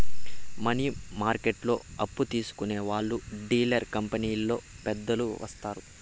money మార్కెట్లో అప్పు తీసుకునే వాళ్లు డీలర్ కంపెనీలో పెద్దలు వత్తారు